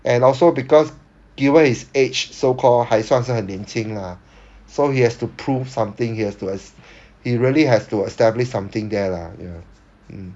and also because given his age so call 还算是很年轻 lah so he has to prove something he has to has he really has to establish something there lah ya